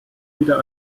wieder